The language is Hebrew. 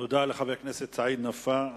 תודה לחבר הכנסת סעיד נפאע.